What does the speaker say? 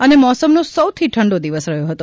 અને મોસમનો સૌથી ઠંડો દિવસ રહ્યો છે